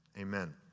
amen